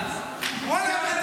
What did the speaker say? ואללה.